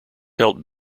helped